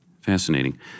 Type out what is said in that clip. Fascinating